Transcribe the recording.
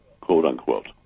quote-unquote